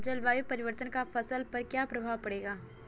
जलवायु परिवर्तन का फसल पर क्या प्रभाव पड़ेगा?